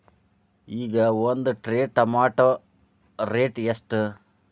ಈಗ ಒಂದ್ tray tomato rate ಎಷ್ಟ?